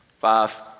Five